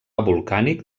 volcànic